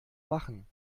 machen